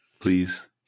please